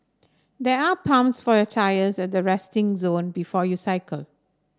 there are pumps for your tyres at the resting zone before you cycle